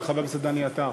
לחבר הכנסת דני עטר.